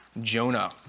Jonah